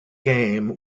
game